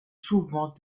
souvent